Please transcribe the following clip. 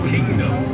Kingdom